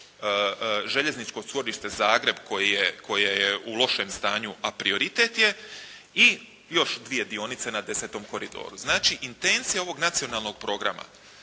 željezničko čvorište Zagreb koje je u lošem stanju, a prioritet je i još dvije dionice na desetom koridoru. Znači intencija je ovog nacionalnog programa